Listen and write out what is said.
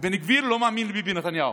ובן גביר לא מאמין לביבי נתניהו,